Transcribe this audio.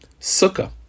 sukkah